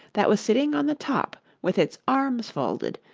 that was sitting on the top with its arms folded,